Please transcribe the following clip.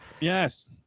Yes